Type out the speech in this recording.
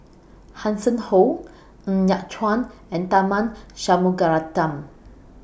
Hanson Ho Ng Yat Chuan and Tharman Shanmugaratnam